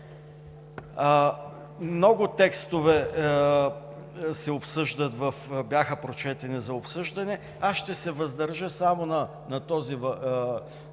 обсъждат, бяха прочетени за обсъждане. Аз ще се въздържа само на този текст,